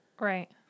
Right